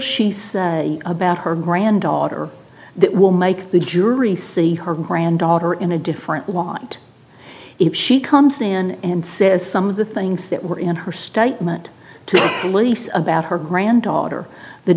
she say about her granddaughter that will make the jury see her granddaughter in a different want if she comes in and says some of the things that were in her statement to police about her granddaughter the